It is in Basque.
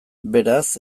beraz